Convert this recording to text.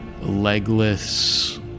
legless